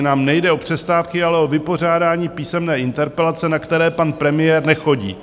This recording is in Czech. Nám nejde o přestávky, ale o vypořádání písemných interpelací, na které pan premiér nechodí.